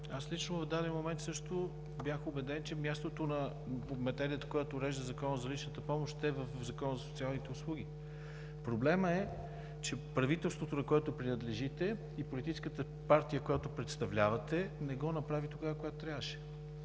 Аз лично в даден момент също бях убеден, че мястото на материята, която урежда Закона за личната помощ, е в Закона за социалните услуги. Проблемът е, че правителството, на което принадлежите, и политическата партия, която представлявате, не го направи тогава, когато трябваше.